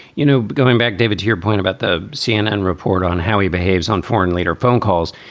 you know, going back, david, to your point about the cnn report on how he behaves on foreign leader phone calls,